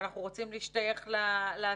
אבל הם רוצים לקבל הטבות.